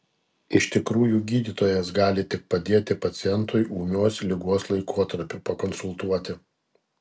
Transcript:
iš tikrųjų gydytojas gali tik padėti pacientui ūmios ligos laikotarpiu pakonsultuoti